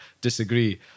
disagree